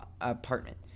apartment